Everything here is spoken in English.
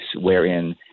wherein